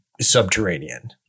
subterranean